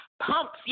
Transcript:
Pumps